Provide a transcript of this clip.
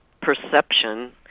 perception